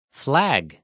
flag